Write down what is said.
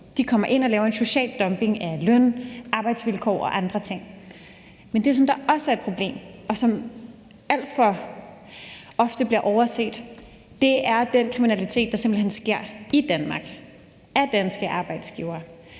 De kommer ind og laver en social dumping i forhold til løn- og arbejdsvilkår og andre ting. Men det, som også er et problem, og som alt for ofte bliver overset, er den kriminalitet, der simpelt hen sker i Danmark af danske arbejdsgivere,